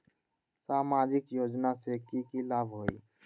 सामाजिक योजना से की की लाभ होई?